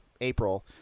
april